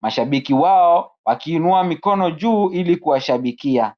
mashabiki wao wakiinua mikono juu ili kuwashabikia.